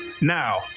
Now